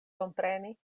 kompreni